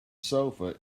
sofa